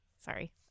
Sorry